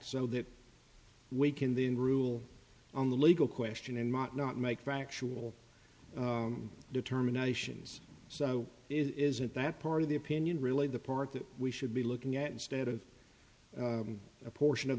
so that we can then rule on the legal question and might not make factual determination so isn't that part of the opinion really the part that we should be looking at instead of a portion of